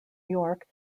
york